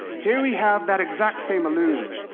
here we have that exact same illusion.